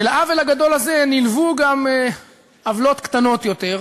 ולעוול הגדול הזה נלוו גם עוולות קטנות יותר,